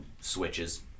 switches